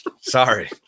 sorry